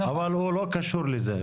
אבל הוא לא קשור לזה.